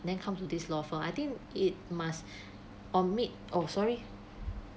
then come to this law for I think it must omit oh sorry